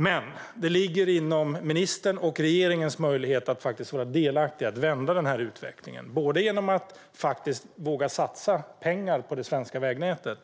Men det ligger inom ministerns och regeringens möjlighet att vara delaktig och att vända utvecklingen genom att våga satsa pengar på det svenska vägnätet.